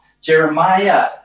Jeremiah